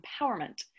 empowerment